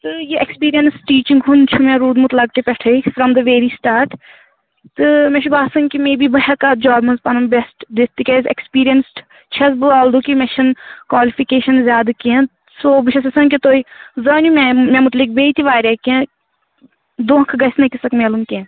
تہٕ یہِ experience teaching ہُنٛد چھُ مےٚ روٗدمُت لۅکچہِ پٮ۪ٹھَے فرٛام دَ ویری سِٹاٹ تہٕ مےٚ چھُ باسان کہِ مے بی بہٕ ہٮ۪کہٕ اَتھ جاب منٛز پَنُن بیٚسٹ دِتھ تِکیٛازِ ایٚکٕسپیٖرینٕس چھَس بہٕ آل دو کہِ مےٚ چھَنہٕ کالفِکیشَن زیادٕ کیٚنٛہہ سو بہٕ چھَس یژھان کہِ تُہۍ زٲنِو مےٚ مےٚ مُتعلِق بیٚیہِ تہِ واریاہ کیٚنٛہہ دۄکھٕ گَژھِ نہٕ أکِس اَکھ میلُن کیٚنٛہہ